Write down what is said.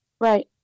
Right